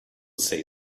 say